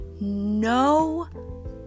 no